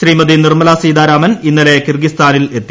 ശ്രീമതി നിർമ്മല സീതാരാമൻ ഇന്നലെ കിർഗിസ്ഥനിൽ എത്തി